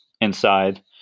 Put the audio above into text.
inside